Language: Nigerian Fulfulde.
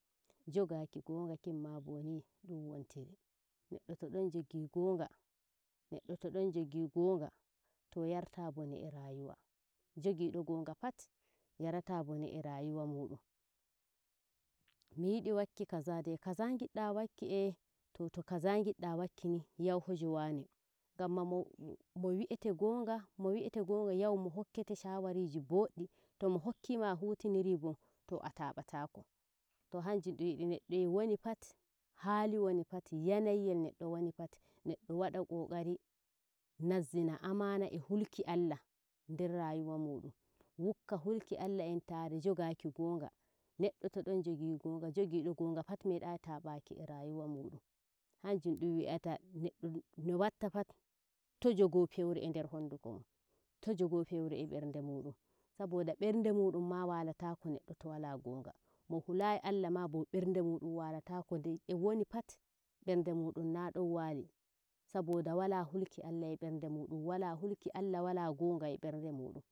jokaki ngoga kinma bonum wontiri neɗɗo to don jogingonga to yarta bone e rayuwa jogido ngoga pat yartu bone e rayuwa muudum mi yidi wakki kaza dai, kaza ngidda wakki eh to fa kaza ngiddo wakkini yahunhaje wane gama mo wi'ete gonga mo wi'ete gonga yahunmo hokkete shawariji boddi to mo hokkima a hutiniri boo to ataabatako to hanjum dun yidi neddo e woni pat, hali woni pat yanayiyel woni pat neddo wada kokari nazzina amana e hulki ALLAH nder rayuwa mudum hanjum du wi'ata neddo no watta patb to jogo feure e nder hondukomun to jogo feure e nberde mun saboda nberde mumma walatako neddo to wala gonga mohulai ALLAH ma bo berd muɗum walatako dai ewoni pat nberde mudum naa don waali saboda wala hulki ALLAH e berde mudum wala hulki ALLAH wala ngoga e nberde muɗum.